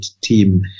team